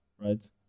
right